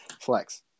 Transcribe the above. Flex